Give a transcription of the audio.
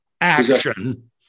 action